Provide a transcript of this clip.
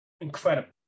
incredible